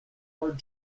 hard